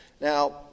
Now